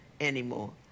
anymore